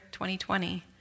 2020